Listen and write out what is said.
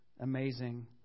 amazing